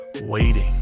waiting